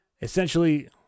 essentially –